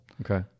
Okay